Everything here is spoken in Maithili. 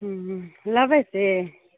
हूँ लेबै से